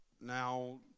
now